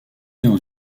dans